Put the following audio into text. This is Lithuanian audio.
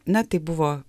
na tai buvo